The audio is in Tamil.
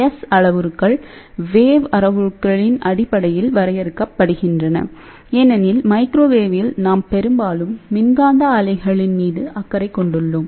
S அளவுருக்கள் வேவ் அளவுருக்களின் அடிப்படையில் வரையறுக்கப்படுகின்றன ஏனெனில் மைக்ரோவேவில் நாம் பெரும்பாலும் மின்காந்த அலைகளின் மீது அக்கறை கொண்டுள்ளோம்